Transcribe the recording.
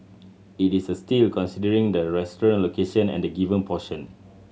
it is a steal considering the restaurant location and the given portion